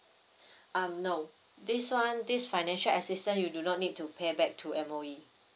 um no this one this financial assistance you do not need to pay back to M_O_E